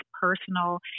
personal